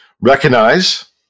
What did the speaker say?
recognize